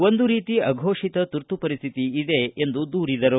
ಒಂದು ರೀತಿ ಅಘೋಷಿತ ತುರ್ತು ಪರಿಸ್ಠಿತಿ ಇದೆ ಎಂದು ದೂರಿದರು